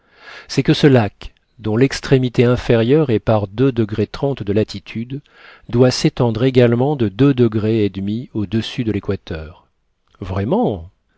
c'est que ce lac dont l'extrémité inférieure est par de latitude doit s'étendre également de deux degrés et demi au-dessus de l'équateur vraiment